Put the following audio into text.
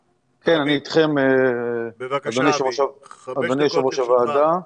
כן, אני איתכם, אדוני יושב ראש הוועדה.